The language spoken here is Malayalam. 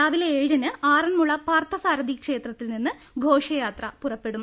രാവിലെ ഏഴിന് ആറ ന്മുള പാർത്ഥസാരഥി ക്ഷേത്രത്തിൽ നിന്ന് ഘോഷയാത്ര പുറപ്പെ ടും